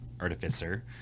artificer